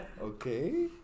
Okay